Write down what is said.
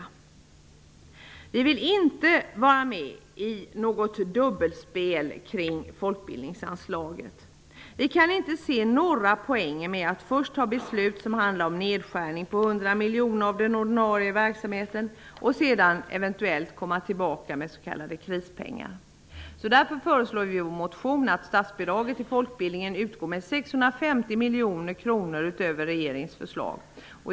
Vänsterpartiet vill inte vara med i något dubbelspel kring folkbildningsanslaget. Vi kan inte se några poänger med att först ta beslut som handlar om nedskärningar på 100 miljoner av den ordinarie verksamheten och sedan eventuellt komma tillbaka med s.k. krispengar. Därför föreslår vi i vår motion att statsbidraget till folkbildningen utgår med 650 miljoner kronor utöver regeringens förslag.